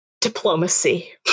diplomacy